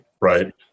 right